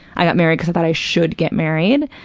i got married because i thought i should get married.